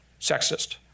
sexist